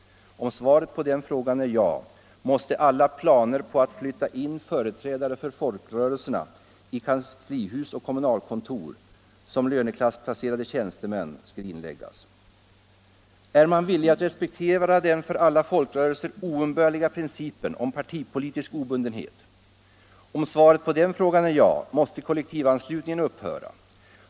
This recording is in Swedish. Om svaret på den frågan är ja, måste alla planer på att flytta in företrädare för folkrörelserna i kanslihus och kommunalkontor som lönegradsplacerade tjänstemän skrinläggas. Är man villig att respektera den för alla folkrörelser oumbärliga principen om partipolitisk obundenhet? Om svaret på den frågan är ja, måste kollektivanslutningen upphöra.